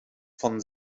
von